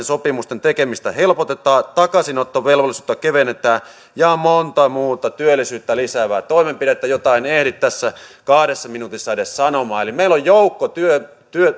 sopimusten tekemistä helpotetaan takaisinottovelvollisuutta kevennetään ja monta muuta työllisyyttä lisäävää toimenpidettä jota en ehdi tässä kahdessa minuutissa edes sanomaan meillä on joukko